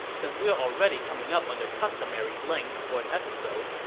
since we're already coming up on the customary length for an episode,